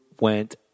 went